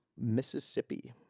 Mississippi